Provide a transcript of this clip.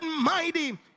mighty